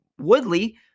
Woodley